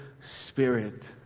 spirit